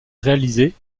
réaliser